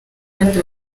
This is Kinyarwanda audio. kandi